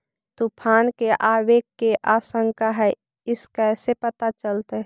तुफान के आबे के आशंका है इस कैसे पता चलतै?